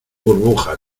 burbuja